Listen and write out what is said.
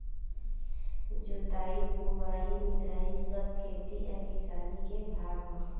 जोताई बोआई निराई सब खेती आ किसानी के भाग हा